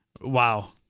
Wow